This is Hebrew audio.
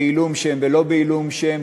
בעילום שם ולא בעילום שם,